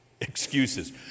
Excuses